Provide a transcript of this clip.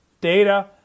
data